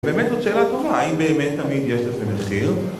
באמת זאת שאלה טובה, האם באמת תמיד יש לזה מחיר.